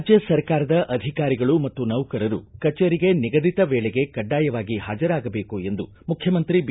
ರಾಜ್ಯ ಸರ್ಕಾರದ ಅಧಿಕಾರಿಗಳು ಮತ್ತು ನೌಕರರು ಕಚೇರಿಗೆ ನಿಗದಿತ ವೇಳೆಗೆ ಕಡ್ಡಾಯವಾಗಿ ಹಾಜರಾಗಬೇಕು ಎಂದು ಮುಖ್ಣಮಂತ್ರಿ ಬಿ